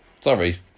Sorry